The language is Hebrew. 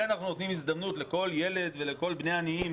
אנחנו נותנים הזדמנות לכל ילד לכל בני העניים